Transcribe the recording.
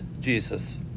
Jesus